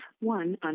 one